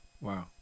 Wow